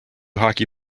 hockey